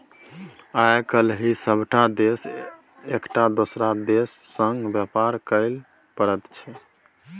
आय काल्हि सभटा देश एकटा दोसर देशक संग व्यापार कएल करैत छै